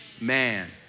man